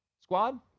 squad